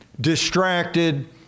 distracted